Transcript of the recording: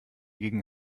gegen